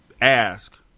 ask